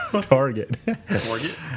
Target